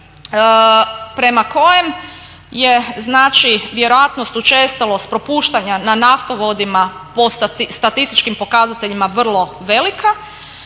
prema kojem je znači vjerojatnost, učestalost propuštanja na naftovodima po statističkim pokazateljima vrlo velika